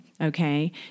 Okay